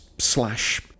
slash